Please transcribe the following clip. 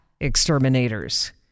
exterminators